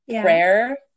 Prayer